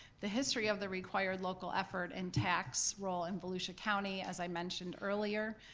the history of the required local effort and tax roll in volusia county, as i mentioned earlier,